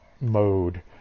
mode